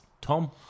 Tom